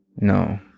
No